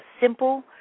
simple